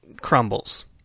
crumbles